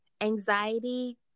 anxiety